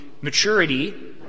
maturity